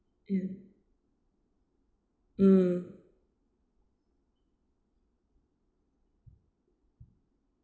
mm mm